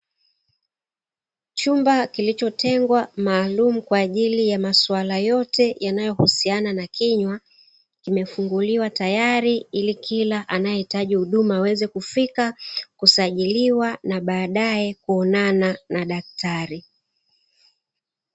Chumba kilichotengwa maalumu kwa ajili ya masuala yote yanayohusiana na kinywa limefunguliwa tayari. Ili kila anayehitaji huduma aweze kufika, kusajiliwa na baadae kuonana na daktari.